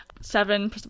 Seven